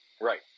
right